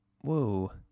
Whoa